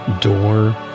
door